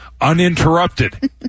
uninterrupted